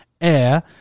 air